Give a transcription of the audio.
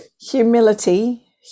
Humility